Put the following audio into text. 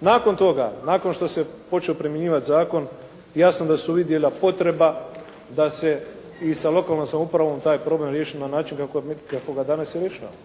Nakon toga, nakon što se počeo primjenjivati zakon jasno da se uvidjela potreba da se i sa lokalnom samoupravom taj problem riješi na način kako ga danas i rješavamo.